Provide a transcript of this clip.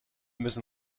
müssen